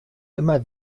immer